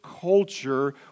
culture